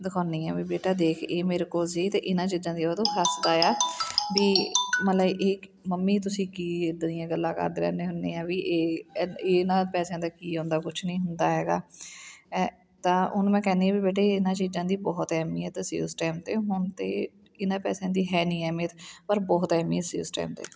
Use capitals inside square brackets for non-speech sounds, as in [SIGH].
ਦਿਖਾਉਂਦੀ ਹਾਂ ਵੀ ਬੇਟਾ ਦੇਖ ਇਹ ਮੇਰੇ ਕੋਲ ਸੀ ਤੇ ਇਹਨਾਂ ਚੀਜ਼ਾਂ ਦੀ ਉਦੋਂ [UNINTELLIGIBLE] ਵੀ ਮਤਲਬ ਇਹ ਮੰਮੀ ਤੁਸੀਂ ਕੀ ਇੱਦਾਂ ਦੀਆਂ ਗੱਲਾਂ ਕਰਦੇ ਰਹਿੰਨੇ ਹੁੰਦੇ ਹਾਂ ਵੀ ਇਹ ਹੈ ਇਹਨਾਂ ਪੈਸਿਆਂ ਦਾ ਕੀ ਆਉਂਦਾ ਕੁਛ ਨਹੀਂ ਹੁੰਦਾ ਹੈਗਾ ਹੈ ਤਾਂ ਉਹਨੂੰ ਮੈਂ ਕਹਿੰਦੀ ਹਾਂ ਵੀ ਬੇਟੇ ਇਹਨਾਂ ਚੀਜ਼ਾਂ ਦੀ ਬਹੁਤ ਅਹਿਮੀਅਤ ਸੀ ਉਸ ਟਾਈਮ 'ਤੇ ਹੁਣ ਅਤੇ ਇਹਨਾਂ ਪੈਸਿਆਂ ਦੀ ਹੈ ਨਹੀਂ ਅਹਿਮੀਅਤ ਪਰ ਬਹੁਤ ਅਹਿਮੀਅਤ ਸੀ ਉਸ ਟਾਈਮ 'ਤੇ